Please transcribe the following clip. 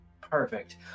Perfect